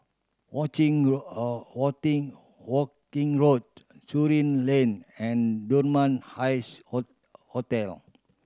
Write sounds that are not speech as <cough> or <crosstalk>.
Watching <unintelligible> Worthing Worthing Road Surin Lane and Dunman Highs <unintelligible> Hotel